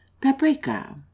Paprika